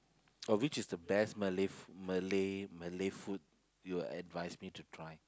or which is the best Malay f~ Malay Malay food you will advise me to try